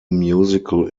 musical